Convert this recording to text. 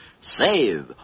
Save